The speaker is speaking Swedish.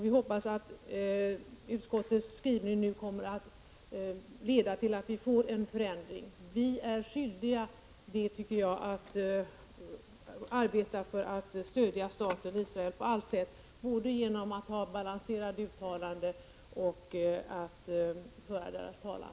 Vi hoppas att utskottets skrivning nu kommer att leda till att vi får en förändring. Jag tycker nämligen att vi är skyldiga att arbeta för att stödja staten Israel på allt sätt, både genom att göra balanserade uttalanden och genom att föra Israels talan.